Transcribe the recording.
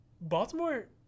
Baltimore